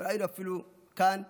ראינו אפילו כאן עכשיו,